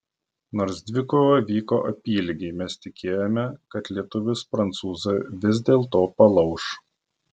nors dvikova vyko apylygiai mes tikėjome kad lietuvis prancūzą vis dėlto palauš